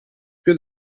più